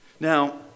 Now